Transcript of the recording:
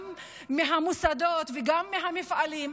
גם מהמוסדות וגם מהמפעלים,